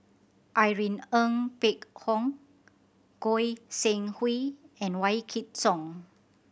Irene Ng Phek Hoong Goi Seng Hui and Wykidd Song